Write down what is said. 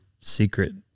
secret